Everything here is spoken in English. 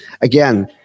again